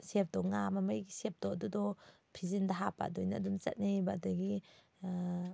ꯁꯦꯞꯇꯣ ꯉꯥ ꯃꯃꯩꯒꯤ ꯁꯦꯞꯇꯣ ꯑꯗꯨꯗꯣ ꯐꯤꯖꯤꯟꯗ ꯍꯥꯞꯄ ꯑꯗꯨꯃꯥꯏꯅ ꯑꯗꯨꯝ ꯆꯠꯅꯩꯌꯦꯕ ꯑꯗꯒꯤ